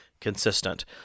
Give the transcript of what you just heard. consistent